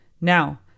Now